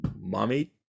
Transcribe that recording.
mommy